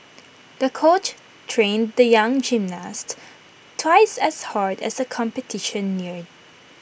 the coach trained the young gymnast twice as hard as the competition neared